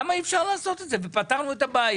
למה אי אפשר לעשות את זה ופתרנו את הבעיה?